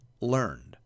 learned